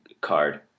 card